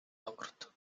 ogród